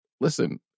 listen